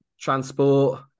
transport